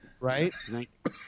Right